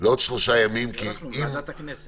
לעוד שלושה ימים --- לא אנחנו, ועדת הכנסת.